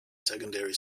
secondary